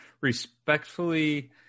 respectfully –